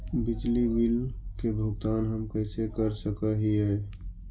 बिजली बिल के भुगतान हम कैसे कर सक हिय?